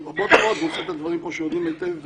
והוא עושה את הדברים, כמו שיודעים היטב,